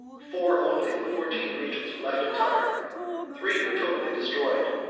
four only of the fourteen regions were left entire three were totally destroyed,